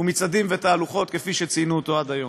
מצעדים ותהלוכות כפי שציינו אותו עד היום.